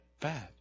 bad